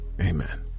amen